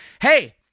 Hey